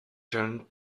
turned